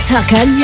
Tucker